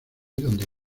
donde